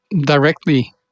directly